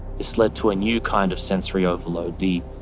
this led to a new kind of sensory overload the